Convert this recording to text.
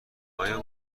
آیا